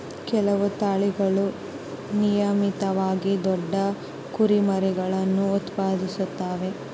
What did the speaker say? ಕೆಲವು ತಳಿಗಳು ನಿಯಮಿತವಾಗಿ ದೊಡ್ಡ ಕುರಿಮರಿಗುಳ್ನ ಉತ್ಪಾದಿಸುತ್ತವೆ